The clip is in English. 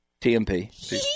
TMP